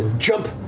jump,